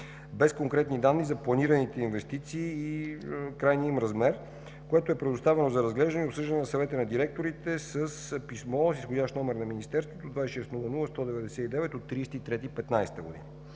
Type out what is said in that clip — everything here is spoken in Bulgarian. без конкретни данни за планираните инвестиции и крайния им размер, което е предоставено за разглеждане и обсъждане на Съвета на директорите с писмо с изходящ номер на министерството 26-00-199 от 30 март 2015.